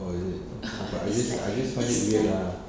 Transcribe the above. oh is it but I just I just find it weird lah